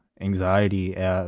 anxiety